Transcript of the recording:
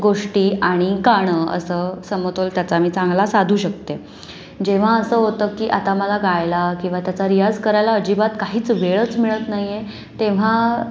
गोष्टी आणि गाणं असं समतोल त्याचा मी चांगला साधू शकते जेव्हा असं होतं की आता मला गायला किंवा त्याचा रियाज करायला अजिबात काहीच वेळच मिळत नाही आहे तेव्हा